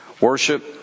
worship